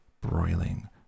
broiling